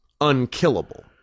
unkillable